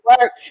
work